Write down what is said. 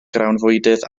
grawnfwydydd